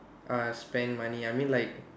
uh spend money I mean like